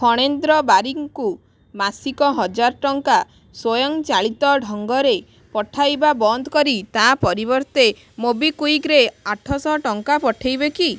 ଫଣେନ୍ଦ୍ର ବାରିକ୍ ଙ୍କୁ ମାସିକ ହଜାର ଟଙ୍କା ସ୍ୱୟଂ ଚାଳିତ ଢଙ୍ଗରେ ପଠାଇବା ବନ୍ଦ କରି ତା ପରିବର୍ତ୍ତେ ମୋବିକ୍ଵିକ୍ ରେ ଆଠଶହ ଟଙ୍କା ପଠେଇବେ କି